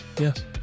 yes